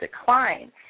decline